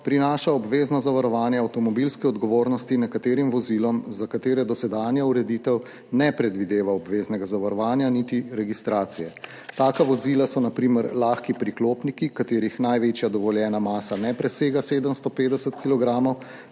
prinaša obvezno zavarovanje avtomobilske odgovornosti nekaterim vozilom, za katere dosedanja ureditev ne predvideva obveznega zavarovanja niti registracije. Taka vozila so na primer lahki priklopniki, katerih največja dovoljena masa ne presega 750